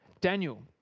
Daniel